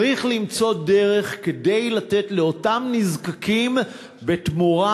צריך למצוא דרך כדי לתת לאותם נזקקים בתמורה,